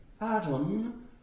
Adam